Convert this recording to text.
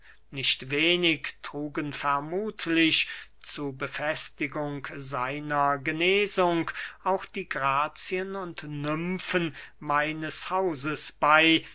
nicht wenig trugen vermuthlich zu befestigung seiner genesung auch die grazien und nymfen meines hauses bey